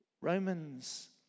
Romans